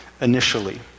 initially